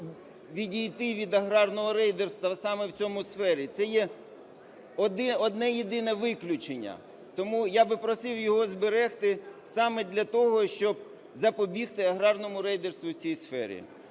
відійти від аграрного рейдерства саме в цій сфері. Це є одне-єдине виключення. Тому я би просив його зберегти саме для того, щоб запобігти аграрному рейдерству у цій сфері.